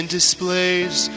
displays